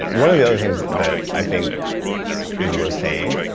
one of the other things that i think is worth saying,